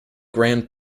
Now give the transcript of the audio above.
grand